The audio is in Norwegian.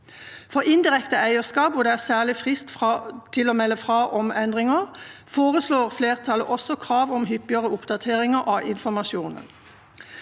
For indirekte eierskap, hvor det er en særlig frist for å melde fra om endringer, foreslår flertallet også krav om hyppigere oppdateringer av informasjonen.